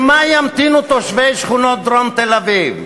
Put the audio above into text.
למה ימתינו תושבי שכונות דרום תל-אביב?